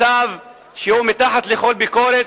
מצב שהוא מתחת לכל ביקורת,